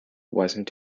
wasn’t